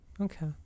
Okay